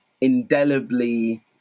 indelibly